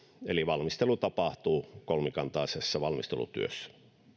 eli valmistelu tapahtuu kolmikantaisessa valmistelutyössä